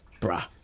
bruh